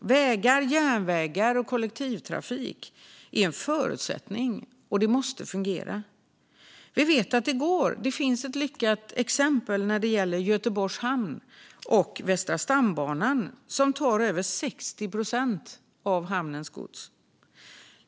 Vägar, järnvägar och kollektivtrafik är en förutsättning och måste fungera. Vi vet att det går. Det finns ett lyckat exempel som gäller Göteborgs hamn och Västra stambanan, som tar över 60 procent av hamnens gods.